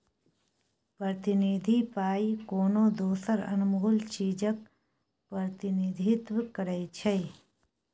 प्रतिनिधि पाइ कोनो दोसर अनमोल चीजक प्रतिनिधित्व करै छै